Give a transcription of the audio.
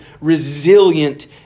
resilient